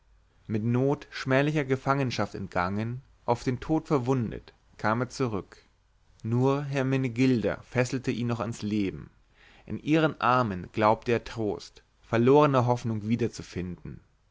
mit not schmählicher gefangenschaft entgangen auf den tod verwundet kam er zurück nur hermenegilda fesselte ihn noch ans leben in ihren armen glaubte er trost verlorne hoffnung wiederzufinden